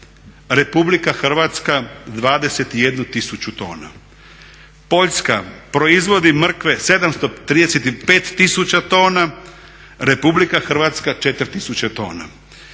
Republika Hrvatska 21 tisuću tona. Poljska proizvodi mrkve 735 tisuća tona, Republika Hrvatska 4 tisuće tona.